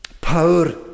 power